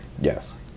Yes